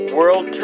World